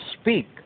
speak